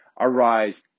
arise